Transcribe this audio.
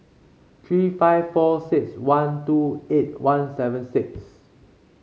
three five four six one two eight one seven six